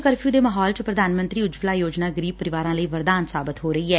ਪੰਜਾਬ ਚ ਕਰਫਿਊ ਦੇ ਮਾਹੌਲ ਚ ਪ੍ਰਧਾਨ ਮੰਤਰੀ ਉਜਵੱਲਾ ਯੋਜਨਾ ਗਰੀਬ ਪਰਿਵਾਰਾ ਲਈ ਵਰਦਾਨ ਸਾਬਤ ਹੋ ਰਹੀ ਐ